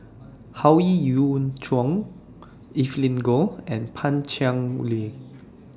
Howe Yoon Chong Evelyn Goh and Pan Cheng Lui